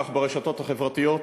כך ברשתות החברתיות.